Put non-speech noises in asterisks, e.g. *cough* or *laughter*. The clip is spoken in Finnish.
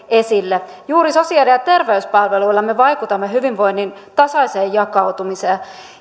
*unintelligible* esille juuri sosiaali ja terveyspalveluilla me vaikutamme hyvinvoinnin tasaiseen jakautumiseen